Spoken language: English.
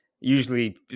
usually